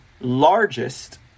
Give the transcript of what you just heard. largest